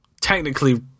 technically